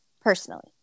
personally